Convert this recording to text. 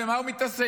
במה הוא מתעסק?